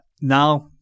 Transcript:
now